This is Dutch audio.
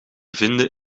vinden